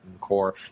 core